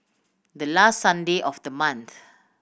the last Sunday of the month